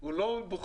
הוא לא בוחר.